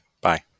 Bye